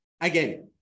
again